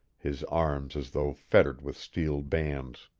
his arms as though fettered with steel bands.